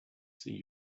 see